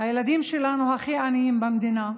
הילדים שלנו הכי עניים במדינה,